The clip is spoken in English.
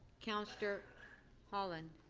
counselor holland?